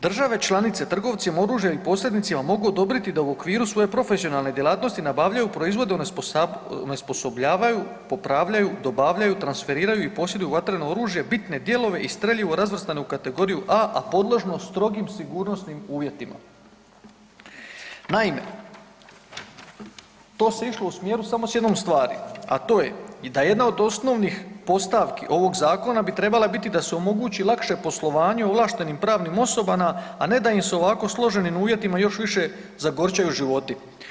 Države članice trgovcima oružja i posrednicima mogu odobriti da u okviru svoje profesionalne djelatnosti nabavljaju, proizvode, onesposobljavaju, popravljaju, dobavljaju, transferiraju i posjeduju vatreno oružje, bitne dijelove i streljivo razvrstano u kategoriju A, a podložno strogim sigurnosnim uvjetima.“ Naime, to se išlo u smjeru samo s jednom stvari, a to je i da jedna od osnovnih postavki ovog zakona bi trebala biti da se omogući lakše poslovanje ovlaštenim pravnim osobama, a ne da im se u ovako složenim uvjetima još više zagorčaju životi.